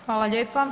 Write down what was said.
Hvala lijepa.